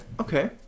okay